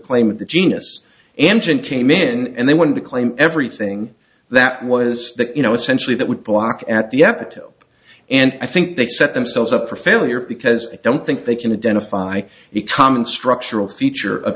of the genus engine came in and they wanted to claim everything that was that you know essentially that would block at the epitope and i think they set themselves up for failure because i don't think they can identify the common structural feature of